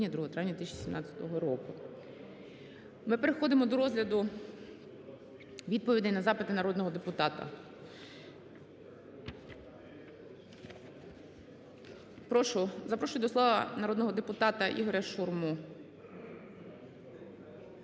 Ми переходимо до розгляду відповідей на запити народного депутата. Прошу, запрошую до слова народного депутата Ігоря Шурму.